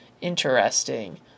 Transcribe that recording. interesting